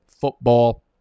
football